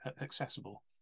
accessible